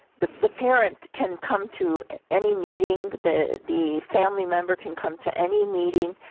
the the parents can come to any meeting the the family member can come to any meeting,